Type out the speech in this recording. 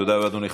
תודה רבה, אדוני.